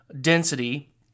density